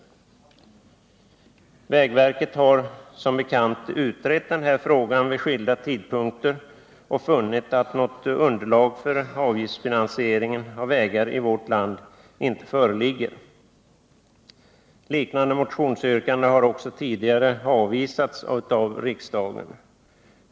Vägverket har som bekant utrett den frågan vid skilda tidpunkter och funnit ätt något underlag för avgiftsfinansiering av vägar i vårt land inte föreligger. Liknande motionsyrkanden har också tidigare avvisats av riksdagen.